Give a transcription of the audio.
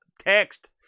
text